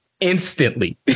Instantly